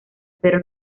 pero